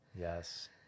Yes